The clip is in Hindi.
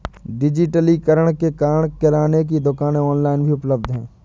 डिजिटलीकरण के कारण किराने की दुकानें ऑनलाइन भी उपलब्ध है